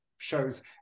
shows